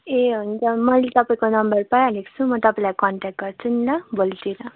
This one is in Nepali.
ए हुन्छ मैले तपाईँको नम्बर पाइहालेको छु म तपाईँलाई कन्ट्याक्ट गर्छु नि म ल भोलितिर